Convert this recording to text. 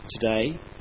today